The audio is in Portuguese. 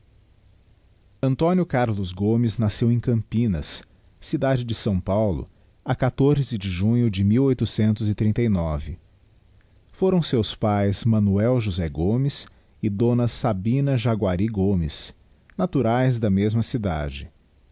actuaes a carlos gomes nasceu em campinas cidade digiti zedby google de s paulo a de junho de foram seus pães manoel josé gomes e d sabina jaguary gomes naturaes da mesma cidade